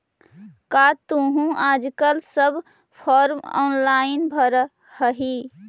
का तुहूँ आजकल सब फॉर्म ऑनेलाइन भरऽ हही?